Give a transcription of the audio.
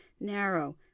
narrow